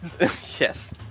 Yes